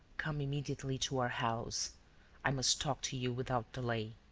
come immediately to our house i must talk to you without delay.